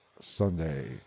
Sunday